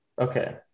Okay